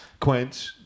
quench